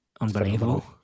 unbelievable